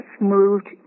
moved